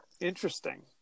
interesting